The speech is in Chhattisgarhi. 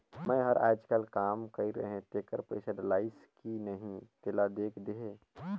मै हर अईचकायल काम कइर रहें तेकर पइसा डलाईस कि नहीं तेला देख देहे?